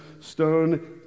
stone